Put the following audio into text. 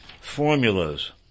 formulas